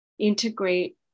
Integrate